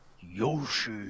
Yoshi